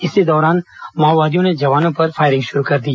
इसी दौरान माओवादियों ने जवानों पर फायरिंग शुरू कर दी